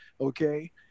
okay